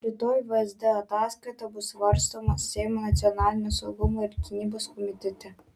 rytoj vsd ataskaita bus svarstoma seimo nacionalinio saugumo ir gynybos komitete